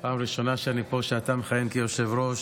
פעם ראשונה שאני פה כשאתה מכהן כיושב-ראש.